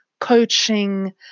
coaching